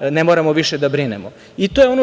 ne moramo više da brinemo. To je ono